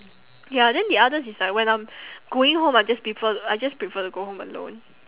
ya then the others it's like when I'm going home I just prefer I just prefer to go home alone